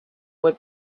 were